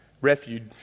refuge